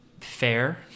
fair